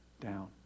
down